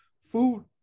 food